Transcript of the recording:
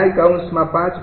𝑖𝑒૫૧𝑖૬